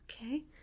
okay